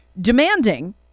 demanding